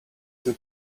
two